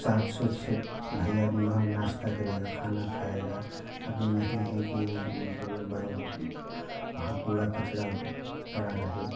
साफ स्वच्छ भाई आदमी वहाँ नाश्ता करेगा खाना खाएगा अब ये नहीं है कि वहाँ कूड़ा कचरा पड़ा रहे